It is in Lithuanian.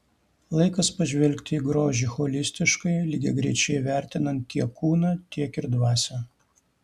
laikas pažvelgti į grožį holistiškai lygiagrečiai vertinant tiek kūną tiek ir dvasią